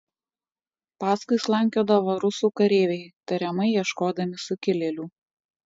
paskui slankiodavo rusų kareiviai tariamai ieškodami sukilėlių